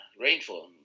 rainfall